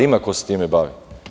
Ima ko se time bavi.